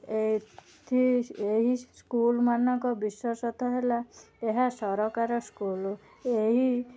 ଏଥି ଏହି ସ୍କୁଲ ମାନଙ୍କ ବିଶେଷତ୍ବ ହେଲା ଏହା ସରକାର ସ୍କୁଲ ଏହି